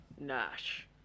Nash